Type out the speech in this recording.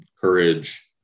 courage